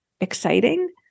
exciting